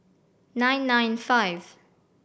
nine nine five